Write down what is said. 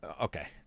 okay